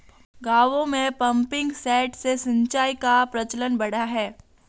गाँवों में pumping set से सिंचाई का प्रचलन बढ़ा है